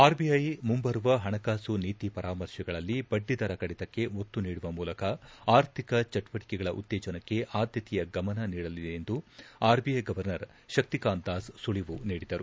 RBI ಮುಂಬರುವ ಹಣಕಾಸು ನೀತಿ ಪರಾಮರ್ಶೆಗಳಲ್ಲಿ ಬದ್ದಿ ದರ ಕಡಿತಕ್ಕೆ ಒತ್ತು ನೀಡುವ ಮೂಲಕ ಆರ್ಥಿಕ ಚಟುವಟಿಕೆಗಳ ಉತ್ತೇಜನಕ್ಕೆ ಆದ್ದತೆಯ ಗಮನ ನೀಡಲಿದೆ ಎಂದು ಆರ್ಬಿಐ ಗವರ್ನರ್ ಶಕ್ತಿಕಾಂತ್ ದಾಸ್ ಸುಳಿವು ನೀಡಿದರು